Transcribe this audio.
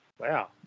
wow